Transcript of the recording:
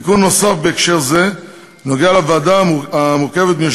תיקון נוסף בהקשר זה קשור לוועדה שחברים בה